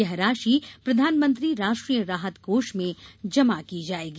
यह राशि प्रधानमंत्री राष्ट्रीय राहत कोष में जमा की जायेगी